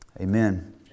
Amen